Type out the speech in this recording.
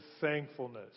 thankfulness